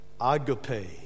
agape